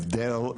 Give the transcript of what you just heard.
הבדל,